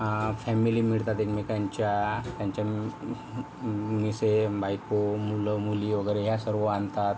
family मिळतात एकमेकांच्या त्यांच्या मिसेस बायको मुलं मुली वगैरे या सर्व आणतात